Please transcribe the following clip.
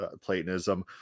Platonism